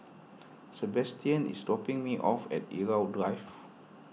Sebastian is dropping me off at Irau Drive